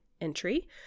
entry